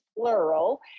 plural